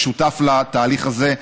ששותף לתהליך הזה,